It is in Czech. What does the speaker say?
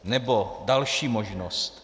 Nebo další možnost.